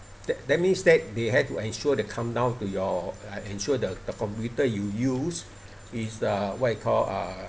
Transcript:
that that means that they had to ensure to come down to your uh ensure the computer you use is the what you call uh